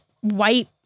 white